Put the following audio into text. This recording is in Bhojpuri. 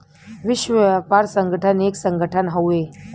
विश्व व्यापार संगठन एक संगठन हउवे